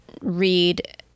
read